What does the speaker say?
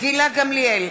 גילה גמליאל,